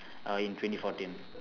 uh in twenty fourteen